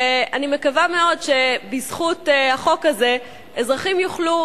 ואני מקווה מאוד שבזכות החוק הזה אזרחים יוכלו,